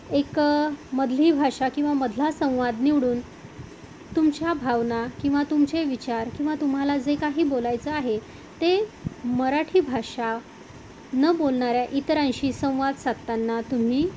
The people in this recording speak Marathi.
एक मधली भाषा किंवा मधला संवाद निवडून तुमच्या भावना किंवा तुमचे विचार किंवा तुम्हाला जे काही बोलायचं आहे ते मराठी भाषा न बोलणाऱ्या इतरांशी संवाद साधताना तुम्ही